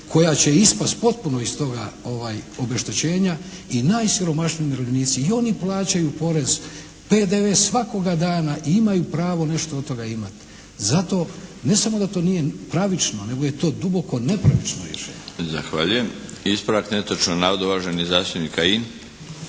koja će ispasti potpuno iz toga obeštećenja i najsiromašniji umirovljenici. I oni plaćaju porez PDV svakoga dana i imaju pravo nešto od toga imati. Zato ne samo da to nije pravično nego je to duboko nepravično rješenje. **Milinović, Darko (HDZ)** Zahvaljujem. Ispravak netočnog navoda uvaženi zastupnik